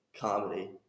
comedy